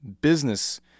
business